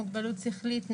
מוגבלות שכלית,